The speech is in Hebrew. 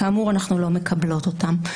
כאמור, אנחנו לא מקבלות אותן.